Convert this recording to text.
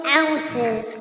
ounces